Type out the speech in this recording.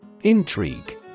Intrigue